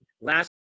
Last